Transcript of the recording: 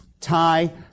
tie